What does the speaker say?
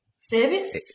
service